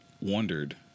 wondered